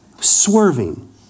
Swerving